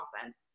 offense